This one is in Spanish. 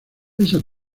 esa